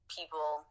people